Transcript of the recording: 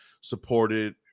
supported